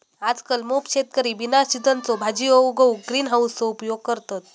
आजकल मोप शेतकरी बिना सिझनच्यो भाजीयो उगवूक ग्रीन हाउसचो उपयोग करतत